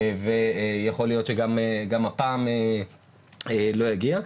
ויכול להיות שגם הפעם לא יגיע.